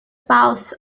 paws